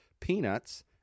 peanuts